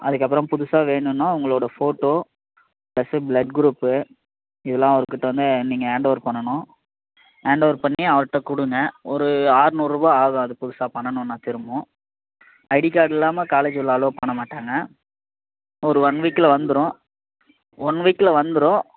அதுக்கு அப்புறம் புதுசாக வேணுன்னால் உங்களோட ஃபோட்டோ பிளஸ்ஸூ பிளட் குரூப்பு இதெல்லாம் அவர் கிட்ட வந்து நீங்கள் ஹாண்ட் அவர் பண்ணணும் ஹாண்ட் அவர் பண்ணி அவருகிட்ட வந்து கொடுங்க ஒரு அறுநூறு ரூபாய் ஆகும் புதுசாக பண்ணணுன்னால் திரும்பவும் ஐடி கார்டு இல்லாமல் காலேஜ் உள்ளே அல்லோ பண்ண மாட்டாங்க ஒரு ஒன் வீக்கில் வந்துவிடும் ஒன் வீக்கில் வந்துவிடும்